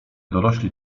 dorośli